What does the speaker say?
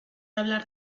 hablar